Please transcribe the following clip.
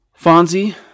Fonzie